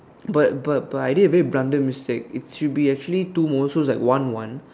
but but but I did a very blunder mistake it should be actually two moles so is like one one